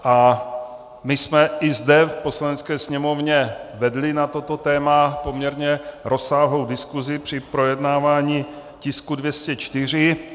A my jsme i zde v Poslanecké sněmovně vedli na toto téma poměrně rozsáhlou diskusi při projednávání tisku 204.